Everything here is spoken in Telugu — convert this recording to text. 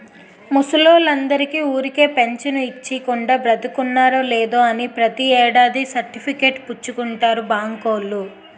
ముసలోల్లందరికీ ఊరికే పెంచను ఇచ్చీకుండా, బతికున్నారో లేదో అని ప్రతి ఏడాది సర్టిఫికేట్ పుచ్చుకుంటారు బాంకోల్లు